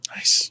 Nice